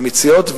אמיציות?